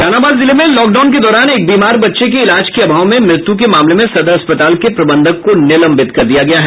जहानाबाद जिले में लॉकडाउन के दौरान एक बीमार बच्चे की इलाज के अभाव में मृत्यू के मामले में सदर अस्पताल के प्रबंधक को निलंबित कर दिया गया है